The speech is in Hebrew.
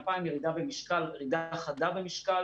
2,000 דיווחים על ירידה במשקל, ירידה חדה במשקל.